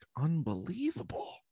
unbelievable